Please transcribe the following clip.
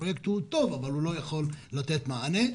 הפרויקט הוא טוב אבל הוא לא יכול לתת מענה.